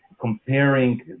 Comparing